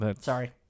Sorry